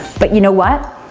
but you know what?